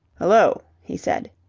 hullo! he said.